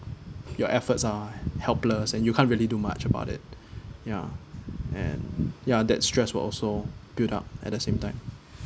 your efforts are helpless and you can't really do much about it ya and ya that stress will also build up at the same time